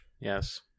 yes